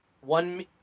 one